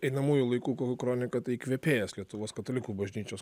einamųjų laikų kronika įkvėpėjas lietuvos katalikų bažnyčios